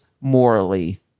morally